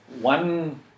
one